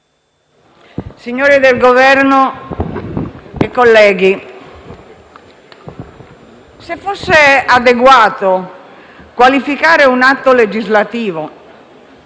signori del Governo e colleghi, se fosse adeguato qualificare un atto legislativo